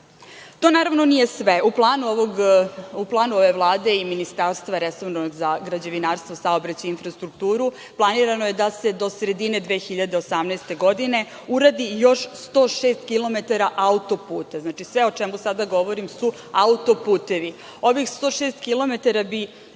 naravno, nije sve. U planu ove Vlade i Ministarstva resornog za građevinarstvo, saobraćaj i infrastrukturu planirano je da se do sredine 2018. godine uradi još 106 kilometara autoputa. Znači, sve o čemu sada govorim su autoputevi. Ovih 106